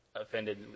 offended